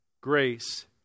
grace